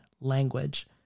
language